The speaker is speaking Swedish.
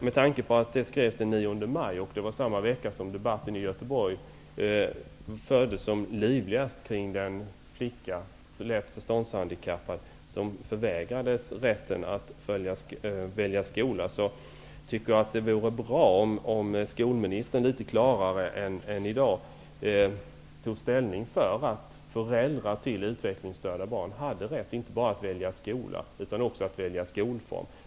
Med tanke på att det skrevs den 9 maj -- det var under den vecka då debatten kring den lätt förståndshandikappade flicka som förvägrades rätten att välja skola fördes som livligast i Göteborg -- tycker jag att det vore bra om skolministern litet klarare än i dag tog ställning för att föräldrar till utvecklingsstörda barn har rätt inte bara att välja skola utan också att välja skolform.